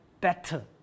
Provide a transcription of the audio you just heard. better